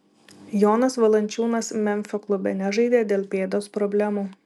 jonas valančiūnas memfio klube nežaidė dėl pėdos problemų